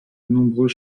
nombreux